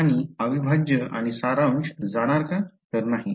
आणि अविभाज्य आणि सारांश जाणार का तर नाही